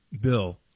bill